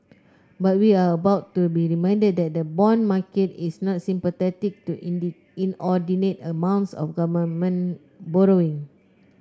but we are about to be reminded that the bond market is not sympathetic to inordinate amounts of government borrowing